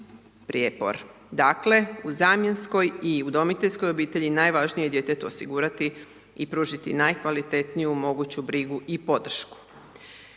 prijepor. Dakle, u zamjenskoj i u udomiteljskoj obitelji najvažnije je djetetu osigurati i pružiti najkvalitetniju moguću brigu i podršku.